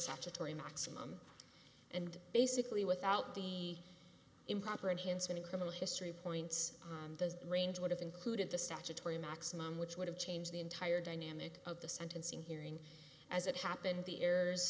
statutory maximum and basically without be improper and hence any criminal history points the range would have included the statutory maximum which would have changed the entire dynamic of the sentencing hearing as it happened the errors